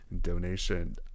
donation